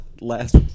last